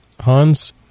Hans